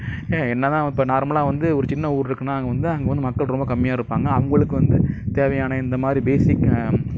ஏன் என்ன தான் இப்போ நார்மலாக வந்து ஒரு சின்ன ஊர் இருக்குதுனா அங்கே வந்து அங்கே வந்து மக்கள் ரொம்ப கம்மியாக இருப்பாங்க அவங்களுக்கு வந்து தேவையான இந்த மாதிரி பேசிக்